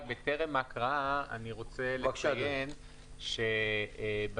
בטרם ההקראה אני רוצה לציין שבמהלך